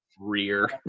Rear